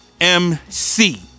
MC